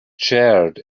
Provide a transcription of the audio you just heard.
charred